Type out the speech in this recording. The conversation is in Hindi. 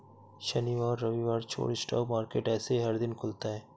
शनिवार और रविवार छोड़ स्टॉक मार्केट ऐसे हर दिन खुलता है